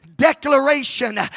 declaration